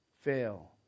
fail